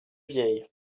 vieille